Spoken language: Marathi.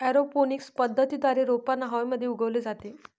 एरोपॉनिक्स पद्धतीद्वारे रोपांना हवेमध्ये उगवले जाते